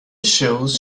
shows